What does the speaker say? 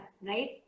right